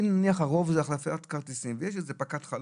אם נניח הרוב זה החלפת כרטיסים ויש איזה חלון,